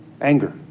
Anger